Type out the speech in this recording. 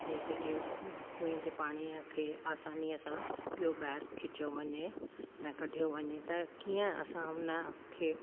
जे जेके कुएं जे पाणीअ खे आसानीअ सां ॿियो ॿाहिरि खिचो वञे ऐं कढियो वञे त कीअं असां हुन खे